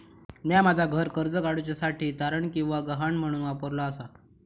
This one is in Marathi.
म्या माझा घर कर्ज काडुच्या साठी तारण किंवा गहाण म्हणून वापरलो आसा